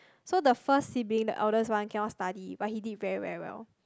so the first sibling the eldest one cannot study but he did very very well